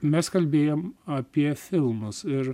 mes kalbėjom apie filmus ir